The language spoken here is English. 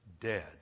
dead